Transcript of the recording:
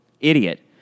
idiot